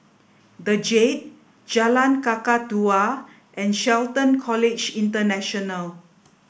the Jade Jalan Kakatua and Shelton College International